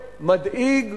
מדאיג,